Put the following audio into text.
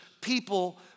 people